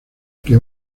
que